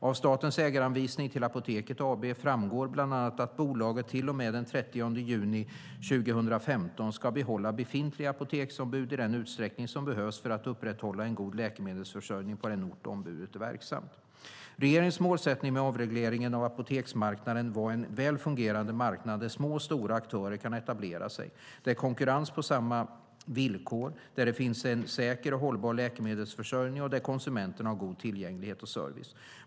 Av statens ägaranvisning till Apoteket AB framgår bland annat att bolaget till och med den 30 juni 2015 ska behålla befintliga apoteksombud i den utsträckning som behövs för att upprätthålla en god läkemedelsförsörjning på den ort där ombudet är verksamt. Regeringens målsättning med avregleringen av apoteksmarknaden var en väl fungerande marknad där små och stora aktörer kan etablera sig, där konkurrens sker på samma villkor, där det finns en säker och hållbar läkemedelsförsörjning och där konsumenterna har god tillgänglighet och service.